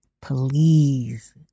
please